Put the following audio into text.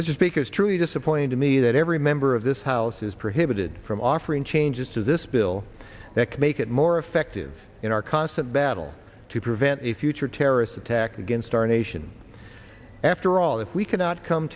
because truly disappointing to me that every member of this house is prohibited from offering changes to this bill that could make it more effective in our constant battle to prevent a future terrorist attack against our nation after all if we cannot come